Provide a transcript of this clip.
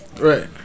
Right